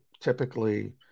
Typically